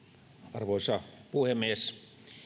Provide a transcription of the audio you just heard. arvoisa puhemies